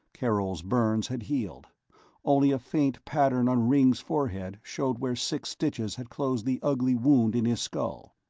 karol's burns had healed only a faint pattern on ringg's forehead showed where six stitches had closed the ugly wound in his skull.